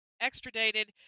extradited